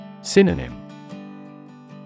Synonym